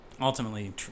ultimately